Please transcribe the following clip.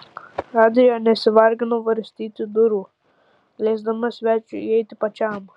adrija nesivargino varstyti durų leisdama svečiui įeiti pačiam